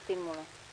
נדחתה.